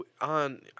on –